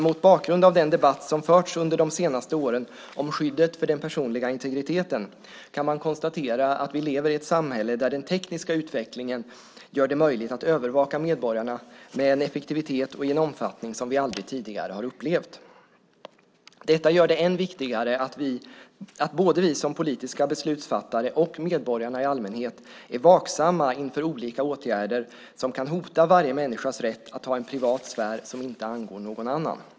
Mot bakgrund av den debatt som har förts under de senaste åren om skyddet för den personliga integriteten, kan man konstatera att vi lever i ett samhälle där den tekniska utvecklingen gör det möjligt att övervaka medborgarna med en effektivitet och i en omfattning som vi aldrig tidigare har upplevt. Detta gör det än viktigare att både vi politiska beslutsfattare och medborgare i allmänhet är vaksamma inför olika åtgärder som kan hota varje människas rätt att ha en privat sfär som inte angår någon annan.